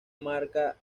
marcha